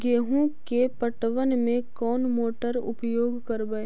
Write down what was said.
गेंहू के पटवन में कौन मोटर उपयोग करवय?